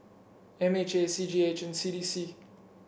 M H A C G H and C D C